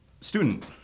student